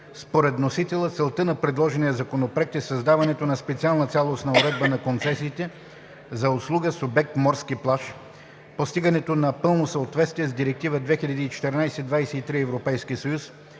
Според вносителя целта на предложения законопроект е създаването на специална цялостна уредба на концесиите за услуга с обект морски плаж; постигането на пълно съответствие с Директива 2014/23/ЕС; преодоляване